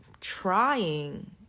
trying